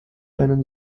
einen